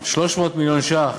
300 מיליון ש"ח,